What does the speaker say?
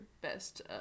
best